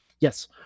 Yes